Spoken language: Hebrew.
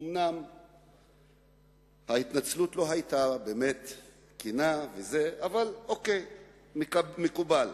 אומנם ההתנצלות לא היתה באמת כנה, אבל, מקובל.